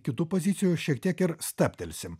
kitų pozicijų šiek tiek ir stabtelsim